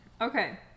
Okay